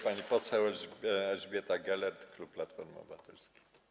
Pani poseł Elżbieta Gelert, klub Platforma Obywatelska.